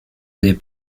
les